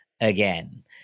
again